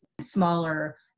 smaller